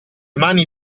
mani